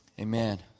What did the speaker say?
amen